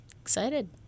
Excited